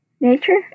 Nature